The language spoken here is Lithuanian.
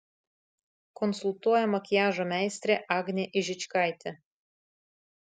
konsultuoja makiažo meistrė agnė ižičkaitė